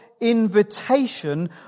invitation